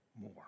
more